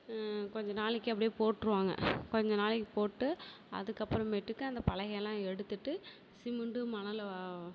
கொஞ்ச நாளைக்கு அப்படியே போட்டுருவாங்க கொஞ்ச நாளைக்கு போட்டு அதுக்கப்புறமேட்டுக்கு அந்த பலகையெல்லாம் எடுத்துகிட்டு சிமிண்டு மணல்